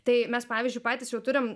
tai mes pavyzdžiui patys jau turim